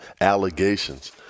allegations